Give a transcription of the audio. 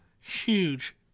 huge